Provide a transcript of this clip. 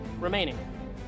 remaining